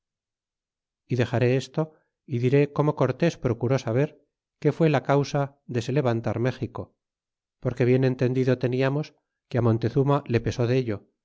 dexaré esto y diré como cortés procuró saber qué fué la causa de se levantar méxico porque bien entendido teniamos que montezuma le pesó dello